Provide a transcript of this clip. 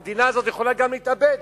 המדינה הזאת יכולה גם להתאבד,